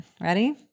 Ready